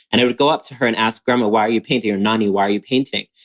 and i would go up to her and ask, grandma, why are you painting? or naani, why are you painting?